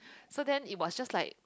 so then it was just like